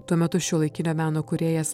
tuo metu šiuolaikinio meno kūrėjas